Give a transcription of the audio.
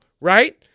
right